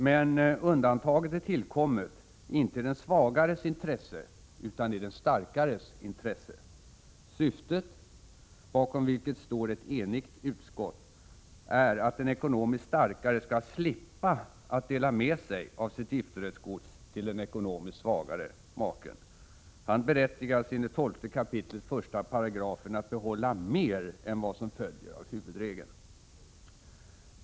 Men undantaget är tillkommet inte i den svagares intresse utan i den starkares intresse. Syftet — bakom vilket står ett enigt utskott — är att den ekonomiskt starkare skall slippa att dela med sig av sitt giftorättsgods till den ekonomiskt svagare maken. Han berättigas enligt 12 kap. 1 § att behålla mer än vad som följer av huvudregeln.